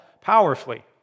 powerfully